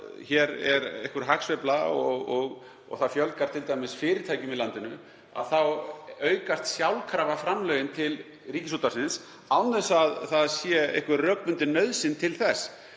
hér er einhver hagsveifla og það fjölgar t.d. fyrirtækjum í landinu, þá aukast sjálfkrafa framlögin til Ríkisútvarpsins án þess að það sé einhver rökbundin nauðsyn til þess